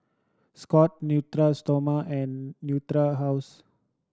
Scott Natura Stoma and Natura House